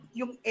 yung